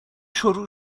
شروع